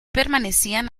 permanecían